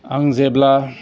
आं जेब्ला